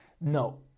no